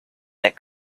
that